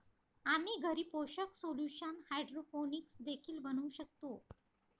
आम्ही घरी पोषक सोल्यूशन हायड्रोपोनिक्स देखील बनवू शकतो